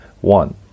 One